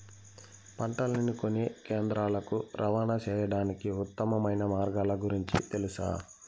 పంటలని కొనే కేంద్రాలు కు రవాణా సేయడానికి ఉత్తమమైన మార్గాల గురించి తెలుసా?